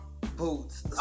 boots